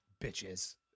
bitches